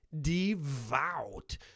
devout